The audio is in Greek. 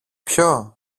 ποιο